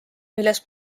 milles